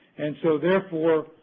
and so, therefore,